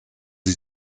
sie